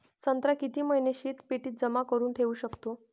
संत्रा किती महिने शीतपेटीत जमा करुन ठेऊ शकतो?